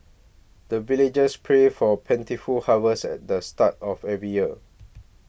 the villagers pray for plentiful harvest at the start of every year